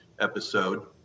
episode